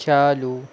चालू